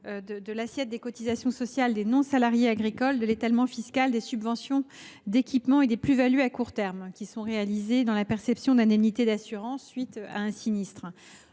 de l’assiette des cotisations sociales des non salariés agricoles, de l’étalement fiscal des subventions d’équipement et des plus values à court terme réalisées lors de la perception d’indemnités d’assurance à la suite d’un sinistre.